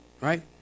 Right